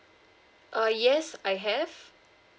uh yes I have